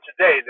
today